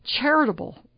charitable